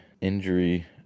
injury